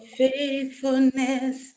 faithfulness